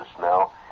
Now